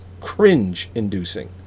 cringe-inducing